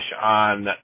on